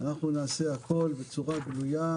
נעשה הכול בצורה גלויה.